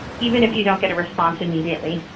even if you don't get a response immediately.